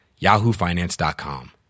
yahoofinance.com